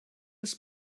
his